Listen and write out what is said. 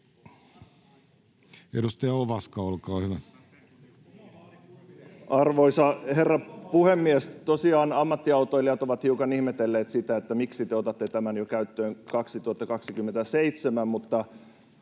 Edustaja Ovaska, olkaa hyvä. Arvoisa herra puhemies! Tosiaan ammattiautoilijat ovat hiukan ihmetelleet, miksi te otatte tämän käyttöön ja 2027.